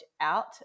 out